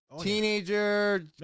teenager